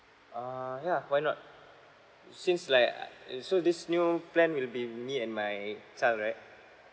ah yeah why not since like I it's so this new plan will be me and my child right